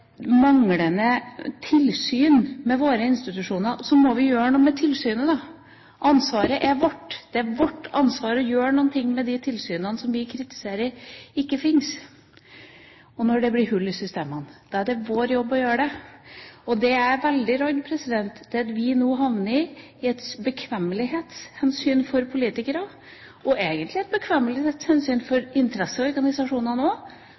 manglende tilsyn med våre institusjoner, må vi gjøre noe med tilsynet. Ansvaret er vårt. Det er vårt ansvar å gjøre noe med at de tilsynene som vi kritiserer, ikke fins. Og når det blir hull i systemene, er det vår jobb å gjøre noe med det. Det jeg er veldig redd, er at vi politikere, og egentlig også interesseorganisasjonene, av bekvemmelighetshensyn